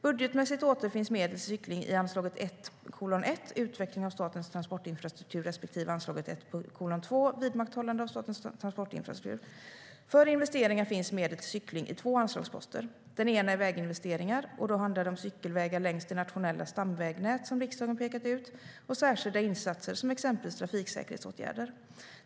Budgetmässigt återfinns medel till cykling i anslaget 1:1 Utveckling av statens transport infrastruktur respektive anslaget 1:2 Vidmakthållande av statens trans portinfrastruktur . För investeringar finns medel till cykling i två anslagsposter. Den ena är Väginvesteringar , och då handlar det om cykelvägar längs det nationella stamvägnät som riksdagen pekat ut och särskilda insatser som exempelvis trafiksäkerhetsåtgärder.